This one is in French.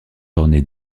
ornées